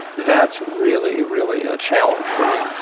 that's really, really a challenge for me.